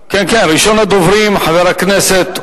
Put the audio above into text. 4795, 4803,